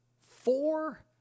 four